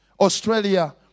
Australia